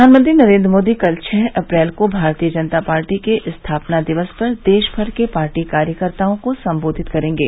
प्रधानमंत्री नरेन्द्र मोदी कल छह अप्रैल को भारतीय जनता पार्टी के स्थापना दिवस पर देशभर के पार्टी कार्यकर्ताओं को संबोधित करेंगे